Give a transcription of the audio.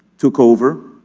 took over.